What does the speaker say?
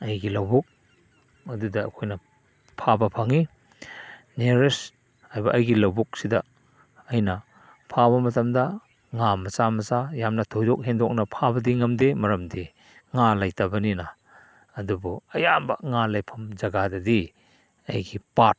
ꯑꯩꯒꯤ ꯂꯕꯨꯛ ꯑꯗꯨꯗ ꯑꯩꯈꯣꯏꯅ ꯐꯥꯕ ꯐꯪꯉꯤ ꯅꯤꯌꯔꯔꯦꯁ ꯍꯥꯏꯕ ꯑꯩꯒꯤ ꯂꯕꯨꯛꯁꯤꯗ ꯑꯩꯅ ꯐꯥꯕ ꯃꯇꯝꯗ ꯉꯥ ꯃꯆꯥ ꯃꯆꯥ ꯌꯥꯝꯅ ꯊꯣꯏꯗꯣꯛ ꯍꯦꯟꯗꯣꯛꯅ ꯐꯥꯕꯗꯤ ꯉꯝꯗꯦ ꯃꯔꯝꯗꯤ ꯉꯥ ꯂꯩꯇꯕꯅꯤꯅ ꯑꯗꯨꯕꯨ ꯑꯌꯥꯝꯕ ꯉꯥ ꯂꯩꯐꯝ ꯖꯒꯥꯗꯗꯤ ꯑꯩꯒꯤ ꯄꯥꯠ